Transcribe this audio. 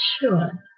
sure